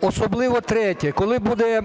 Особливо, третє, коли буде